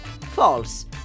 false